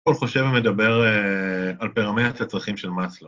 קול חושב ומדבר על פרמידת הצרכים של מאסלו